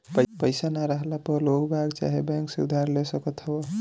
पईसा ना रहला पअ लोगबाग चाहे बैंक से उधार ले सकत हवअ